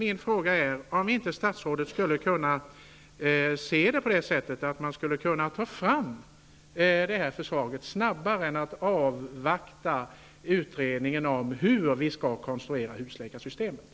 Kan statsrådet tänka sig att ett förslag skulle kunna tas fram snabbare än att man avvaktar utredningen om hur husläkarsystemet skall konstrueras?